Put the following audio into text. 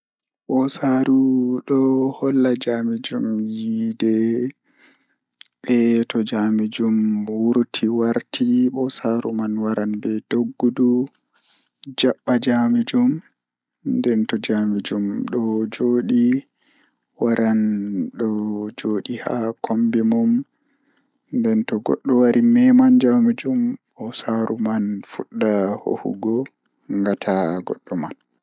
Njiɗi ɓe njifti ko e hoore mum, ɗum waawti waɗi ɗum ngal to be e ndiyam. Kadi ɓe njifti ko tawii ɓe njifti fowru kadi. ɓe njifti ko ndiyam ko njangol ngal, ɓe njifti ko ɓe njifti e nder, haygo ɓe njifti. Kadi ɓe njifti ko ɓe njifti ngal e nder ɓe.